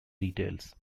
details